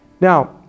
Now